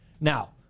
Now